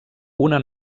una